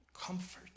comfort